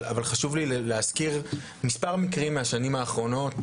אבל חשוב לי להזכיר מספר מקרים מהשנים האחרונות